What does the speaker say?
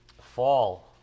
fall